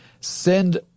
send